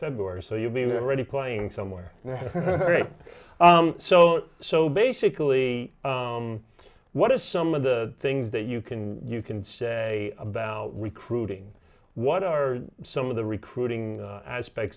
february so you'll be ready playing somewhere so so basically what is some of the things that you can you can say about recruiting what are some of the recruiting aspect